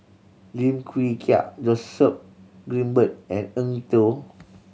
Lim Wee Kiak Joseph Grimberg and Eng Tow